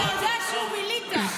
--- שהוא מליטא.